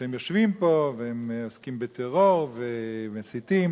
שהם יושבים פה, והם עוסקים בטרור, ומסיתים.